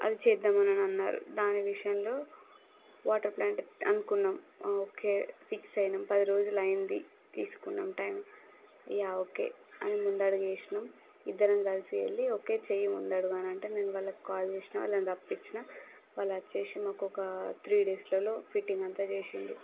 అది చేద్దాం అని అన్నారు దాని విషయంలో వాటర్ ప్లాంట్ అనుకున్నాం ఆ ఓకే ఫిక్స్ అయినాం పది రోజులు అయ్యింది తీసుకున్నాం టైమ్ యా ఓకే అని ముందడుగు వేసినాం ఇద్దరం కలసి వెళ్ళి ఒకే చేయి ముందు అడుగు అంటే నేను వాళ్ళకి కాల్ చేసిన వాళ్ళని రప్పించిన వాళ్ళు వచ్చి మాకు ఒక త్రీ డేస్లలో ఫిట్టింగ్ అంతా చేసిండ్రు